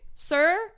Sir